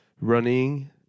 running